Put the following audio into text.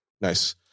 nice